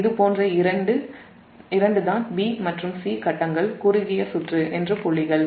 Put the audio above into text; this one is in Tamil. இது போன்ற இரண்டு புள்ளி பி மற்றும் சி கட்டங்கள் குறுகிய சுற்று என்று புள்ளிகள்